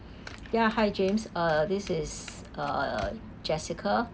ya hi james uh this is uh jessica